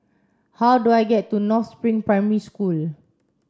how do I get to North Spring Primary School